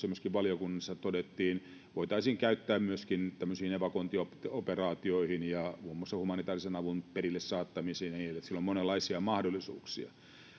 myöskin valiokunnassa todettiin että sitä voitaisiin käyttää myöskin tämmöisiin evakuointioperaatioihin ja muun muassa humanitaarisen avun perille saattamiseen eli sillä on monenlaisia mahdollisuuksia